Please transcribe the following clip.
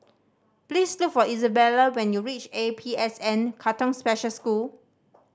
please look for Isabella when you reach A P S N Katong Special School